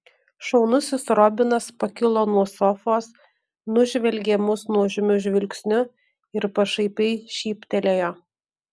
šaunusis robinas pakilo nuo sofos nužvelgė mus nuožmiu žvilgsniu ir pašaipiai šyptelėjo